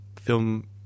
film